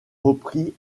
repris